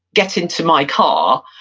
get into my car,